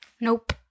Nope